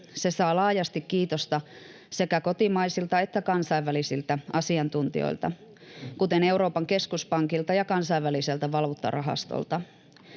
Se saa laajasti kiitosta sekä kotimaisilta että kansainvälisiltä asiantuntijoilta, kuten Euroopan keskuspankilta ja Kansainväliseltä valuuttarahastolta.